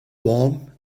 warm